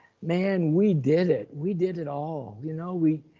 man, we did it. we did it all, you know, we.